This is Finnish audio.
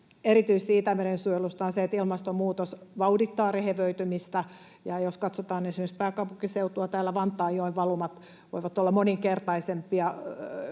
erityisesti Itämeren suojelusta, on se, että ilmastonmuutos vauhdittaa rehevöitymistä. Jos katsotaan esimerkiksi pääkaupunkiseutua, täällä Vantaanjoen valumat voivat olla moninkertaisia